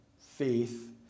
faith